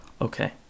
Okay